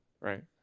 right